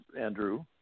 Andrew